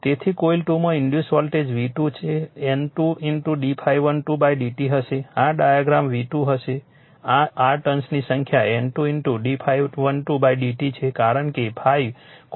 તેથી કોઇલ 2 માં induce voltage V2 જે N2 d ∅12 dt હશે આ ડાયાગ્રામ V2 હશે આ r ટર્ન્સની સંખ્યા N2 d ∅12 dt છે કારણ કે ∅ કોઇલને લિંક કરવા માંગે છે